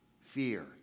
fear